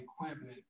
equipment